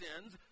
sins